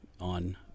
on